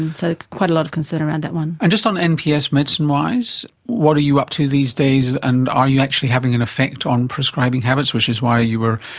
and quite a lot of concern around that one. and just on nps medicinewise, what are you up to these days and are you actually having an effect on prescribing habits, which is why you were,